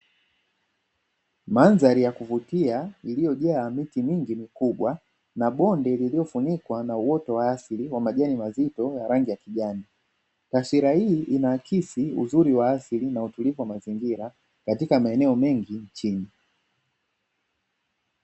Mandhari ya kuvutia iliyojaa miti mingi mikubwa na bonde lililofunikwa na uoto wa asili wa majani mazito ya rangi ya kijani. Taswira hii inaakisi uzuri wa asili na utulivu wa mazingira katika maeneo mengi nchini.